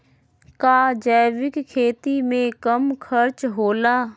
का जैविक खेती में कम खर्च होला?